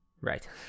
right